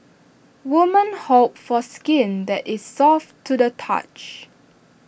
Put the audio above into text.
women hope for skin that is soft to the touch